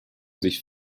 sich